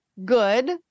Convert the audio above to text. good